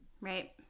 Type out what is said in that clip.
right